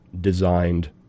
designed